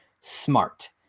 smart